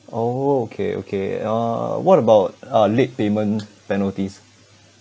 oh okay okay uh what about uh late payment penalties